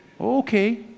Okay